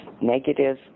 negative